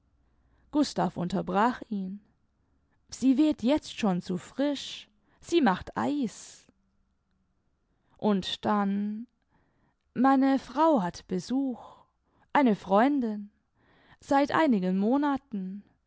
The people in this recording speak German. gustav unterbrach ihn sie weht jetzt schon zu frisch sie macht eis und dann meine frau hat besuch eine freundin seit einigen monaten